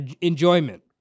enjoyment